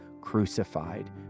crucified